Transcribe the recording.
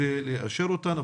כדי לאשר אותן.